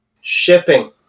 shipping